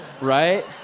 right